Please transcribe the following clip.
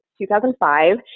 2005